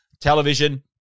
television